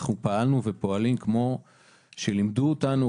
אנחנו פעלנו ופועלים כמו שלימדו אותנו,